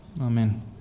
Amen